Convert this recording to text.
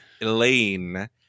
Elaine